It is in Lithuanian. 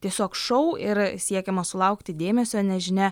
tiesiog šou ir siekiama sulaukti dėmesio nežinia